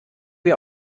wir